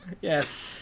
Yes